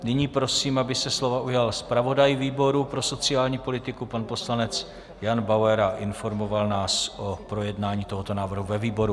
Nyní prosím, aby se slova ujal zpravodaj výboru pro sociální politiku pan poslanec Jan Bauer a informoval nás o projednání tohoto návrhu ve výboru.